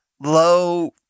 low